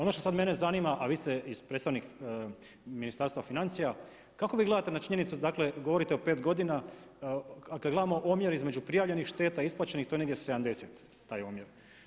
Ono što sada mene zanima, a vi ste predstavnik Ministarstva financija, kako vi gledate na činjnicu dakle, govorite o 5 g. a kada gledate omjer između prijavljenih šteta i isplaćenih, to je negdje 70, taj omjer.